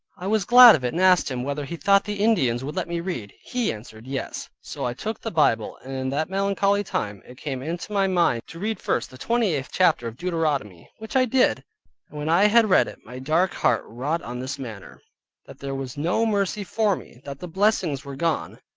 i was glad of it, and asked him, whether he thought the indians would let me read? he answered, yes. so i took the bible, and in that melancholy time, it came into my mind to read first the twenty eighth chapter of deuteronomy, which i did, and when i had read it, my dark heart wrought on this manner that there was no mercy for me, that the blessings were gone,